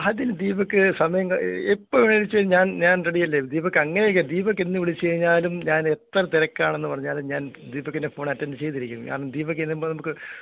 അതിന് ദീപക്ക് സമയംക എപ്പം വേണേച്ച ഞാൻ ഞാൻ റെഡിയല്ലേ ദീപക്കങ്ങനെയല്ല ദീപക്കെന്ന് വിളിച്ച് കഴിഞ്ഞാലും ഞാൻ എത്ര തിരക്കാണെന്ന് പറഞ്ഞാലും ഞാൻ ദീപക്കിൻ്റെ ഫോൺ അറ്റൻറ്റ് ചെയ്തിരിക്കും അത് ദീപക്ക് എങ്ങനെ നമുക്ക്